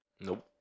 Nope